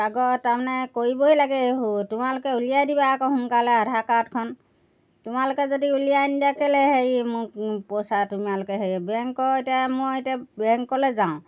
আগত তাৰমানে কৰিবই লাগে এইবোৰ তোমালোকে উলিয়াই দিবা আকৌ সোনকালে আধাৰ কাৰ্ডখন তোমালোকে যদি উলিয়াই নিদিয়া কেলেই হেৰি মোক পইচা তোমালোকে হেৰি বেংকৰ এতিয়া মই এতিয়া বেংকলৈ যাওঁ